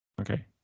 Okay